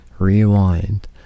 Rewind